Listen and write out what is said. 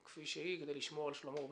היא כפי שהיא כדי לשמור על שלומו וביטחונו.